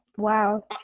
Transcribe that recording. wow